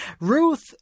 Ruth